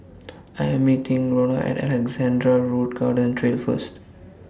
I Am meeting Rhona At Alexandra Road Garden Trail First